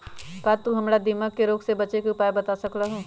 का तू हमरा दीमक के रोग से बचे के उपाय बता सकलु ह?